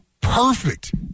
perfect